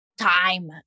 time